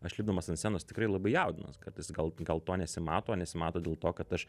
aš lipdamas ant scenos tikrai labai jaudinuos kartais gal gal to nesimato nesimato dėl to kad aš